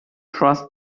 trust